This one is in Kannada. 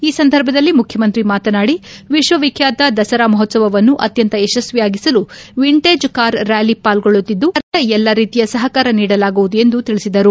ಈ ಸಂದರ್ಭದಲ್ಲಿ ಮುಖ್ಯಮಂತ್ರಿ ಮಾತನಾದಿ ವಿಶ್ವವಿಖ್ಯಾತ ದಸರಾ ಮಹೋತ್ಸವವನ್ನು ಅತ್ಯಂತ ಯಶಸ್ವಿಯಾಗಿಸಲು ವಿಂಟೇಜ್ ಕಾರ್ ರ್ಯಾಲಿ ಪಾಲ್ಗೊಳ್ಳುತ್ತಿದ್ದು ಸರ್ಕಾರದಿಂದ ಎಲ್ಲಾ ರೀತಿಯ ಸಹಕಾರ ನೀಡಲಾಗುವುದು ಎಂದು ತಿಳಿಸಿದರು